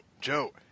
Joe